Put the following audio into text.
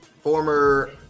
former